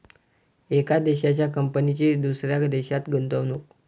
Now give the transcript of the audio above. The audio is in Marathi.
एका देशाच्या कंपनीची दुसऱ्या देशात गुंतवणूक